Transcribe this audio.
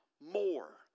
more